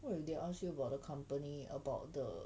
when they ask you about the company about the